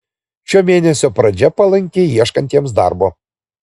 šio mėnesio pradžia palanki ieškantiems darbo